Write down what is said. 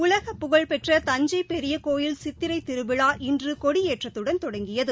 உலக புகழ்பெற்ற தஞ்சைபெரியகோவில் சித்திரைதிருவிழா இன்றுகொடியேற்றத்துடன் தொடங்கியது